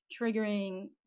triggering